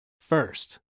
First